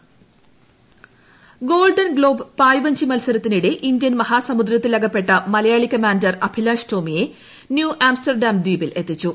Abhilash Tomy golden globe പായ്വഞ്ചി മത്സരത്തിനിടെ Indian മഹാസമുദ്രത്തിൽ അകപ്പെട്ട മലയാളി കമാൻഡർ അഭിലാഷ് ടോമിയെ ന്യൂ ആംസ്റ്റർഡാം ദ്വീപിൽ എത്തിച്ചു